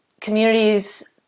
communities